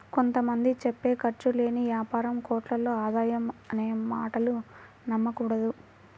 కొంత మంది చెప్పే ఖర్చు లేని యాపారం కోట్లలో ఆదాయం అనే మాటలు నమ్మకూడదు